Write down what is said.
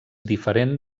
diferent